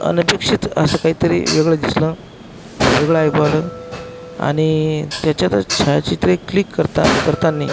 अनपेक्षित असं काहीतरी वेगळं दिसलं वेगळं ऐकू आलं आणि त्याच्यातच छायाचित्रे क्लिक करता करताना